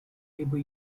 labor